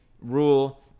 rule